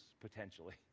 potentially